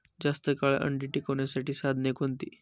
जास्त काळ अंडी टिकवण्यासाठी साधने कोणती?